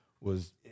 was-